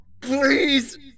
Please